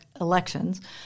elections